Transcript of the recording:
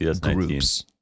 Groups